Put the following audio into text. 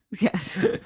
yes